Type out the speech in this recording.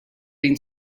been